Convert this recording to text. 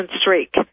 streak